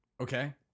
Okay